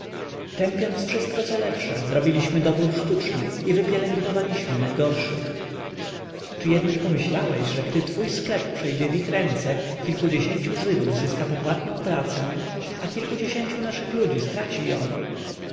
tępiąc wszystko co lepsze zrobiliśmy dobór sztuczny i wypielęgnowaliśmy najgorszych czy jednak pomyślałeś że gdy twój sklep przejdzie w ich ręce kilkudziesięciu żydów zyska popłatną pracę a kilkudziesięciu naszych ludzi straci ją